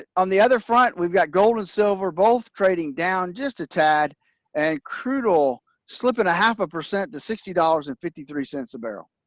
and on the other front, we've got gold and silver both trading down just a tad and crude oil slipping a half a percent to sixty dollars and fifty three cents a barrel.